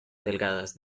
delgadas